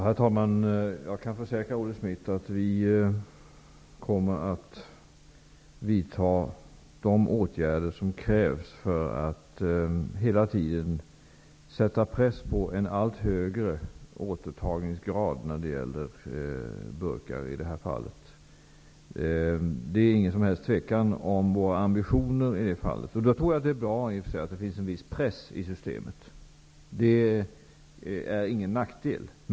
Herr talman! Jag kan försäkra Olle Schmidt att regeringen kommer att vidta de åtgärder som krävs för att sätta press, så att det blir en allt högre återtagningsgrad när det gäller burkar. Det råder inga som helst tvivel om regeringens ambitioner i det fallet. Det är i och för sig bra att det finns en viss press i systemet. Det är ingen nackdel.